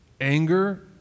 Anger